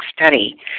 Study